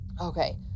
Okay